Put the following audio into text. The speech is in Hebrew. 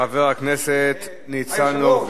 חבר הכנסת ניצן הורוביץ.